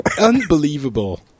unbelievable